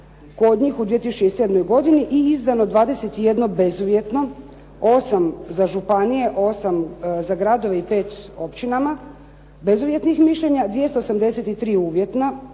kod njih u 2007. godini i izdano 21 bezuvjetno, 8 za županije, 8 za gradove i 5 općinama bezuvjetnih mišljenja, 283 uvjeta,